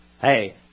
Hey